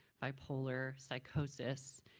bipolar, psychosis,